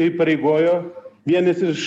įpareigojo vienas iš